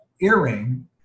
earring